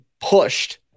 pushed